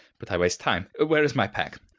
but i waste time. where is my pack?